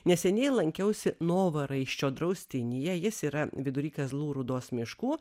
neseniai lankiausi novaraisčio draustinyje jis yra vidury kazlų rūdos miškų